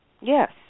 Yes